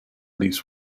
least